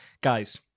Guys